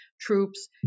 troops